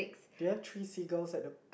then three seagulls at the